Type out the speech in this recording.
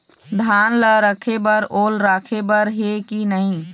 धान ला रखे बर ओल राखे बर हे कि नई?